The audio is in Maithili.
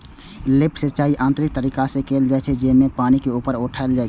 लिफ्ट सिंचाइ यांत्रिक तरीका से कैल जाइ छै, जेमे पानि के ऊपर उठाएल जाइ छै